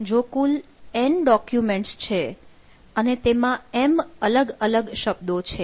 જો કુલ n document છે અને તેમાં m અલગ અલગ શબ્દો છે